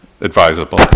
advisable